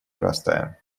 простая